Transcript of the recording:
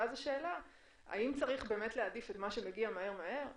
ואז השאלה היא האם צריך להעדיף את מה שמגיע מהר-מהר.